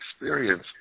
experience